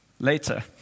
later